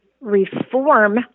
Reform